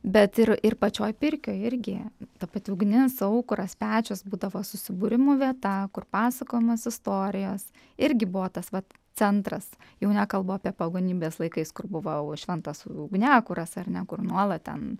bet ir ir pačioj pirkioj irgi ta pati ugnis aukuras pečius būdavo susibūrimų vieta kur pasakojamos istorijos irgi buvo tas vat centras jau nekalbu apie pagonybės laikais kur buvau šventas ugniakuras ar ne kur nuolat ten